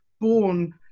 born